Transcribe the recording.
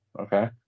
Okay